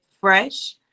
fresh